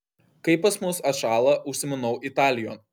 kai pas mus atšąla užsimanau italijon